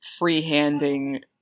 freehanding